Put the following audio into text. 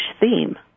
theme